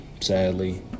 sadly